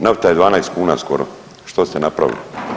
Nafta je 12 kuna skoro, što ste napravili?